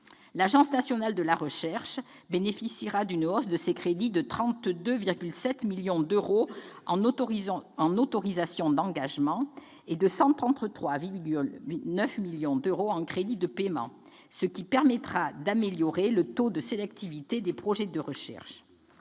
l'Agence nationale de la recherche, l'ANR, sont en hausse de 32,7 millions d'euros en autorisations d'engagement et de 133,9 millions d'euros en crédits de paiement, ce qui permettra d'améliorer le taux de sélectivité des projets de recherche.